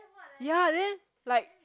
ya then like